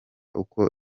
uko